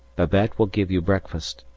babette will give you breakfast.